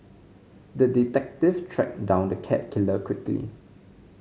the detective tracked down the cat killer quickly